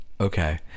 okay